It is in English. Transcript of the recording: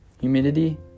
humidity